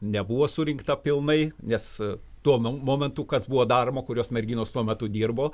nebuvo surinkta pilnai nes tuo momentu kas buvo daroma kurios merginos tuo metu dirbo